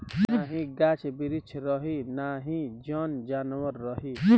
नाही गाछ बिरिछ रही नाही जन जानवर रही